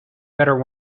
better